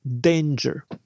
danger